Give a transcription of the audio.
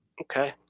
okay